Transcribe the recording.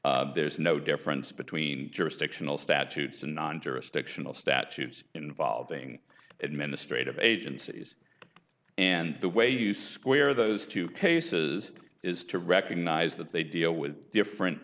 purposes there's no difference between jurisdictional statutes and non jurisdictional statutes involving administrative agencies and the way you square those two cases is to recognize that they deal with different